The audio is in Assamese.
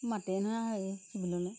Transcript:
মাতেই নহয় হেৰি চিভিললৈ